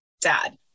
dad